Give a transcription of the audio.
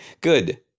Good